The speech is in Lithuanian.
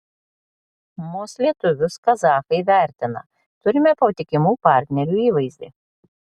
mus lietuvius kazachai vertina turime patikimų partnerių įvaizdį